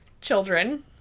children